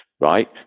right